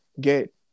get